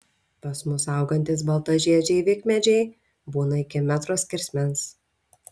pas mus augantys baltažiedžiai vikmedžiai būna iki metro skersmens